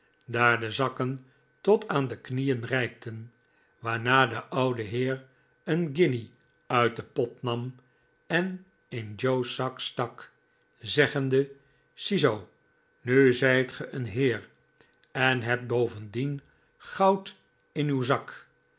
daar de zakken tot aan de knieen reikten waarna de oude heer een guinje uit den pot nam en in joe's zak stak zeggende ziezoo nu zijtge een heer en hebt bovendien goud in uw zak